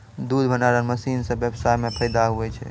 दुध भंडारण मशीन से व्यबसाय मे फैदा हुवै छै